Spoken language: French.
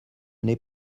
n’est